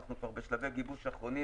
אנחנו כבר בשלבי גיבוש אחרונים,